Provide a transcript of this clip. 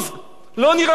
לא נרעב ללחם.